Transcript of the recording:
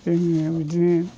जोङो बिदिनो